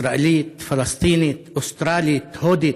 ישראלית, פלסטינית, אוסטרלית, הודית.